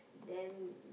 then